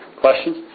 Questions